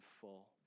full